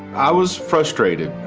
i was frustrated.